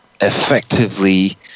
effectively